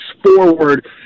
Forward